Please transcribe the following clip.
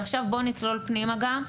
ועכשיו בוא נצלול פנימה גם,